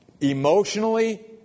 emotionally